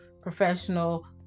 professional